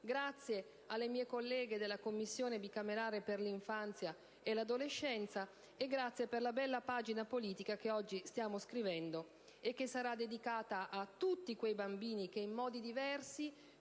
e le mie colleghe della Commissione bicamerale per l'infanzia e l'adolescenza. Grazie per la bella pagina politica che oggi stiamo scrivendo e che sarà dedicata a tutti quei bambini che in modi diversi,